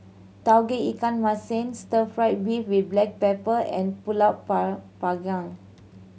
Tauge Ikan Masin Stir Fry beef with black pepper and pulut panggang